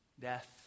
Death